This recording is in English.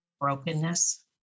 brokenness